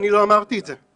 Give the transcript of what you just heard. אני לא אמרתי את זה.